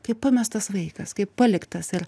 kaip pamestas vaikas kaip paliktas ir